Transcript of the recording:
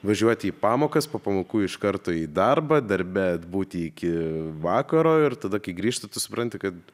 važiuoti į pamokas po pamokų iš karto į darbą darbe atbūti iki vakaro ir tada kai grįžti tu supranti kad